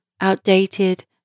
outdated